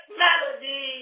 melody